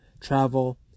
travel